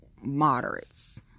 moderates